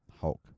Hulk